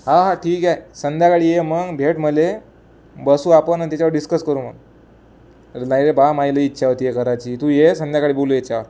हा हां ठीक आहे संध्याकाळी ये मग भेट मला बसू आपण अन त्याच्यावर डिस्कस करू मग नाही रे बा माही लै इच्छा होती हे करायची तू ये संध्याकाळी बोलू याच्यावर